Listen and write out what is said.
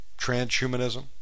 transhumanism